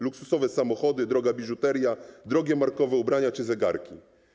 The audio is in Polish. Luksusowe samochody, droga biżuteria, drogie, markowe ubrania czy zegarki.